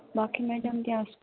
બાકી મેડમ ત્યાં